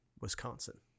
Wisconsin